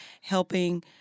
helping